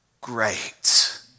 great